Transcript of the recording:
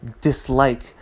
dislike